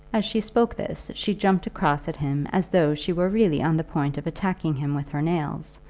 as she spoke this she jumped across at him as though she were really on the point of attacking him with her nails,